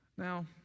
Now